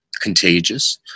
contagious